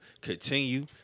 continue